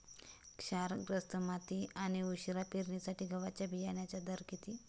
क्षारग्रस्त माती आणि उशिरा पेरणीसाठी गव्हाच्या बियाण्यांचा दर किती?